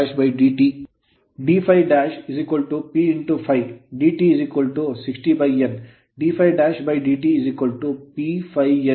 ನಾವು d∅' P ∅ dt 60 N d∅'dt P∅ N 60 volt ಗಳು